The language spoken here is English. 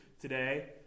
today